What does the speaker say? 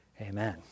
Amen